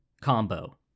combo